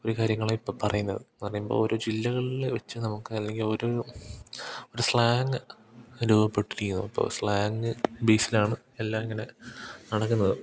ഒരു കാര്യങ്ങളെ ഇപ്പോൾ പറയുന്നത് എന്നു പറയുമ്പോൾ ഓരോ ജില്ലകളിൽ വെച്ച് നമുക്ക് അല്ലെങ്കിൽ ഒരു ഒരു ഇപ്പോൾ സ്ലാങ്ങ് രൂപപ്പെട്ടിരിക്കുന്നു അപ്പോൾ സ്ലാങ്ങ് ബേസിലാണ് എല്ലാം ഇങ്ങനെ നടക്കുന്നത്